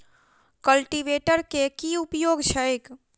Cultivator केँ की उपयोग छैक?